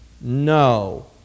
no